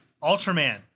Ultraman